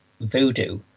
voodoo